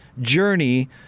journey